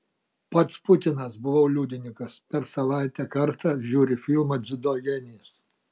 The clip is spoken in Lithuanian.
pats putinas buvau liudininkas per savaitę kartą žiūri filmą dziudo genijus